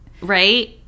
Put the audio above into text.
Right